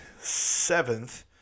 seventh